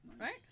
Right